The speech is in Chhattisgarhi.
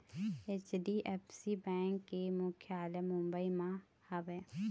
एच.डी.एफ.सी बेंक के मुख्यालय मुंबई म हवय